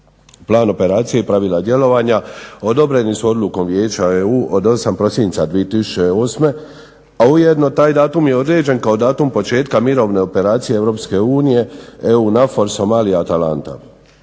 Plan operacije i pravila djelovanja odobreni su odlukom Vijeća EU od 8. prosinca 2008. pa ujedno taj datum je određen kao datum početka mirovne operacije Europske unije EU NAVFOR Somalija-Atalanta.